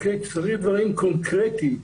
צריך דברים קונקרטיים.